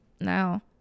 now